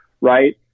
right